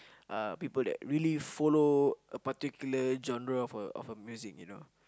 uh people that really follow a particular genre for of a music you know